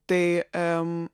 tai em